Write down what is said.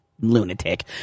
lunatic